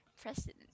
President